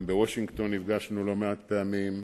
גם בוושינגטון נפגשנו לא מעט פעמים,